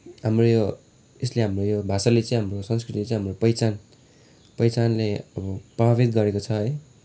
हाम्रो यो यसले हाम्रो यो भाषाले चाहिँ हाम्रो संस्कृतिले चाहिँ हाम्रो यो पहिचान पहिचानलाई अब प्रभावित गरेको छ है